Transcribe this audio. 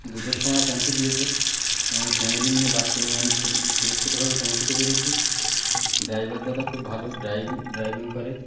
দুটোর সময় পৌঁছে দিয়েছে এবং ফ্যামিলি নিয়ে বাচ্চা নিয়ে আমি সুরক্ষিতভাবে পৌঁছাতে পেরেছি ড্রাইভার দাদা খুব ভালো ড্রাইভিং ড্রাইভিং করে